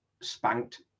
spanked